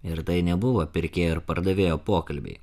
ir tai nebuvo pirkėjo ir pardavėjo pokalbiai